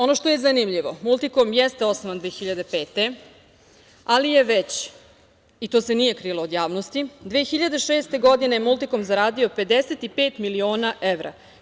Ono što je zanimljivo Multikom jeste osnovan 2005. godine, ali je već i to se nije krilo od javnosti 2006. godine zaradio 55 miliona evra.